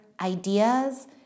ideas